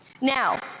Now